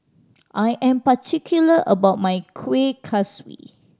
I am particular about my Kueh Kaswi